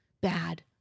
bad